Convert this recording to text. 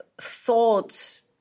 thoughts